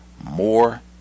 more